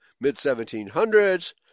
mid-1700s